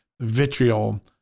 vitriol